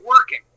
working